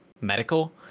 medical